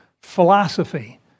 philosophy